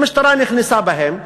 המשטרה נכנסה בהם,